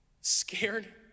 scared